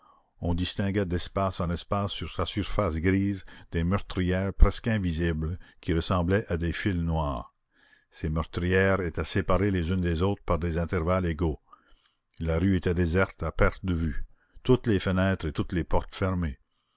on distinguait d'espace en espace sur sa surface grise des meurtrières presque invisibles qui ressemblaient à des fils noirs ces meurtrières étaient séparées les unes des autres par des intervalles égaux la rue était déserte à perte de vue toutes les fenêtres et toutes les portes fermées